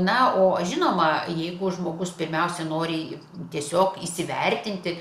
na o žinoma jeigu žmogus pirmiausia nori tiesiog įsivertinti